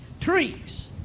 Trees